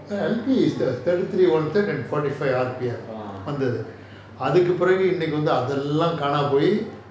ah